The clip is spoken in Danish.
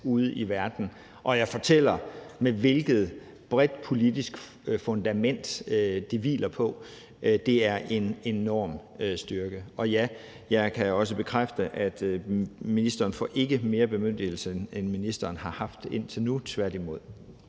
ude i verden og fortæller, hvilket bredt politisk fundament det hviler på. Det er en enorm styrke. Ja, jeg kan også bekræfte, at ministeren ikke får mere bemyndigelse, end ministeren har haft indtil nu – tværtimod.